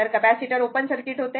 तर capacitor open circuit होते